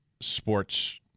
Sports